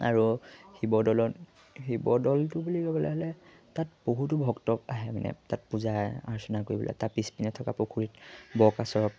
আৰু শিৱদৌলত শিৱদৌলটো বুলি ক'বলৈ হ'লে তাত বহুতো ভক্ত আহে মানে তাত পূজা অৰ্চনা কৰিবলৈ তাত পিছপিনে থকা পুখুৰীত বৰ কাছৰ